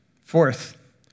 Fourth